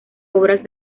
obras